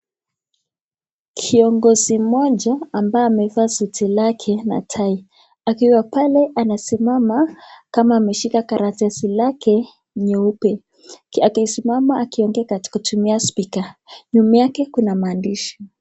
Kiongozi moja ambaye amevaa suti lake na tai akiwa pale anasimama kama ameshika karatasi lake nyeupe, akisimama akiongea kutumia spika. Nyuma yake kuna maandishi.